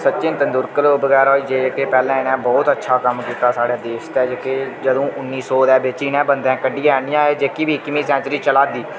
सचिन तेंदुलकर बगैरा होई गे एह् पैह्लें इ'नें बोह्त अच्छा कम्म कीता साढ़े देश दे जेह्के जदूं उन्नी सौ दे बिच्च इ'नें बंदै कड्ढियै आह्नेआ एह् जेह्की बी इक्कमीं सेंचुरी चला दी